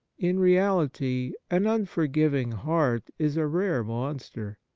in reality an unforgiving heart is a rare monster.